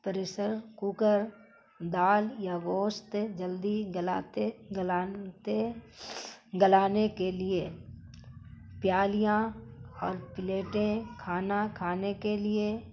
pressure cooker دال یا گوشت جلدی گلاتے گلاتے گلانے کے لیے پیالیاں اور پلیٹیں کھانا کھانے کے لیے